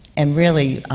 and, really,